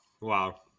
Wow